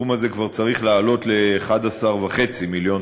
הסכום הזה כבר צריך לעלות ל-11.5 מיליון